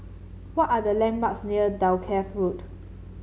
what are the landmarks near Dalkeith Road